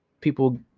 people